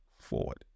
forward